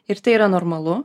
ir tai yra normalu